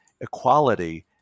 Equality